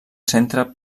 centre